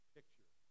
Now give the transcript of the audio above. picture